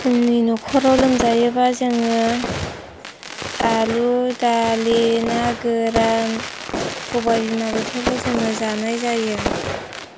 जोंनि न'खराव लोमजायोबा जोङो आलु दालि ना गोरान सबाय बिमा बेफोरखौ जोङो जानाय जायो